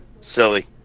Silly